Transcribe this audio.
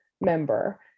member